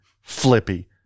Flippy